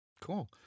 Cool